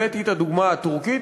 הבאתי את הדוגמה הטורקית,